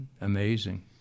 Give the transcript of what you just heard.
amazing